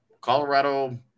Colorado